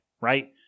right